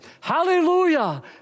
Hallelujah